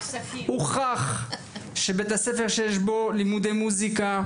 הוכח שבבתי-הספר שיש בו לימודי מוסיקה,